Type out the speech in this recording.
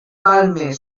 talent